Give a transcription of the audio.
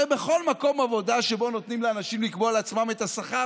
הרי בכל מקום עבודה שבו נותנים לאנשים לקבוע לעצמם את השכר,